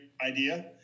idea